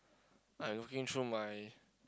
I looking through my